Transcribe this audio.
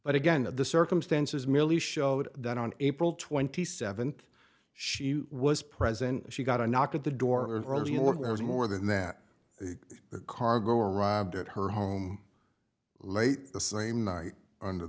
but again the circumstances merely showed that on april twenty seventh she was present she got a knock at the door and you know what was more than that the cargo arrived at her home late the same night under